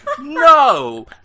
No